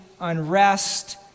unrest